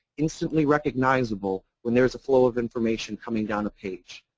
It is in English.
instantly recognizable when there's a flow of information coming down a page.